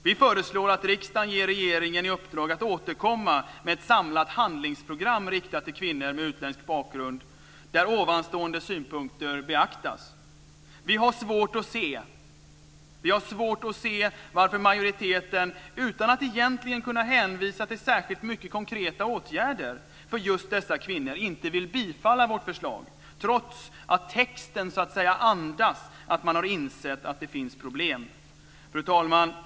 Vi föreslår att riksdagen ger regeringen i uppdrag att återkomma med ett samlat handlingsprogram riktat till kvinnor med utländsk bakgrund där de anförda synpunkterna beaktas. Vi har svårt att se varför majoriteten, utan att egentligen kunna hänvisa till särskilt många konkreta åtgärder för just dessa kvinnor, inte vill bifalla vårt förslag, trots att texten så att säga andas att man har insett att det finns problem. Fru talman!